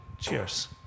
Cheers